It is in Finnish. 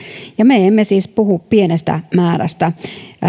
ja me emme siis puhu pienestä määrästä